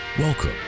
Welcome